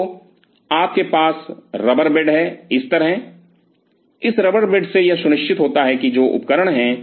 तो आपके पास रबर बेड है इस तरह इस रबर बेड से यह सुनिश्चित होता है कि जो उपकरण है